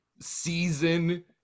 season